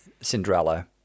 Cinderella